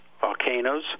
volcanoes